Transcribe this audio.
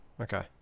Okay